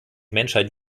menschheit